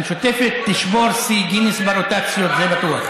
המשותפת תשבור שיא גינס ברוטציות, זה בטוח.